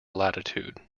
latitude